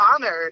honored